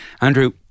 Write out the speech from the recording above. Andrew